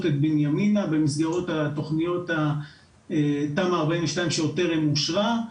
את בנימינה במסגרות התכניות תמ"א 42 שטרם אושרה.